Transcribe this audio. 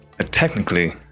technically